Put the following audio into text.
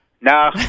No